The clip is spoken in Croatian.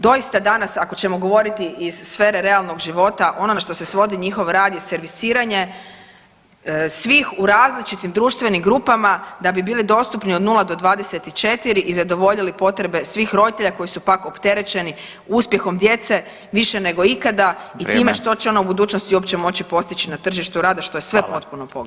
Doista danas ako ćemo govoriti iz sfere realnog života ono na što se svodi njihov rad je servisiranje svih u različitim društvenim grupama da bi bili dostupni od 0 do 24 i zadovoljili potrebe svih roditelja koji su pak opterećeni uspjehom djece više nego ikada i time što će ona u budućnosti uopće moći postići na tržištu rada što je sve potpuno pogrešno.